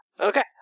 Okay